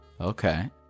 Okay